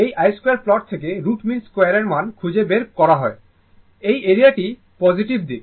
এই i2 এর plot থেকে root mean 2 এর মান খুঁজে বের করা হয় এই এরিয়াটি পজিটিভ দিক